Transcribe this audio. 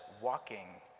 walking